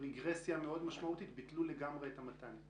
הייתה רגרסיה משמעותית מאוד ביטלו לגמרי את המת"נים.